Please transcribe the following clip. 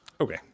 Okay